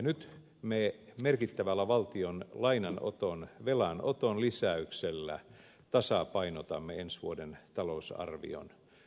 nyt me merkittävällä valtion lainanoton velanoton lisäyksellä tasapainotamme ensi vuoden talousarvion